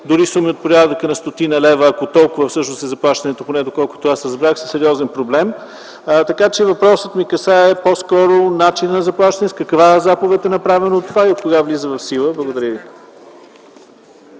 където суми от порядъка на стотина лева, ако толкова всъщност е заплащането, поне доколкото аз разбрах, са сериозен проблем. Въпросът ми касае по-скоро начина на заплащане, с каква заповед е направено това и откога влиза в сила. Благодаря ви.